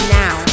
now